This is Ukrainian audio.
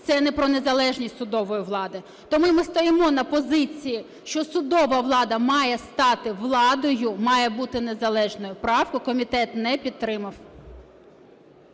це не про незалежність судової влади. Тому ми стоїмо на позиції, що судова влада має стати владою, має бути незалежною, правку комітет не підтримав.